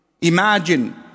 imagine